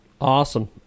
awesome